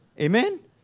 Amen